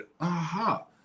aha